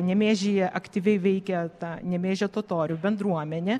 nemėžyje aktyviai veikia ta nemėžio totorių bendruomenė